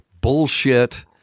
bullshit –